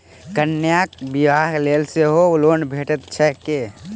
कन्याक बियाह लेल सेहो लोन भेटैत छैक की?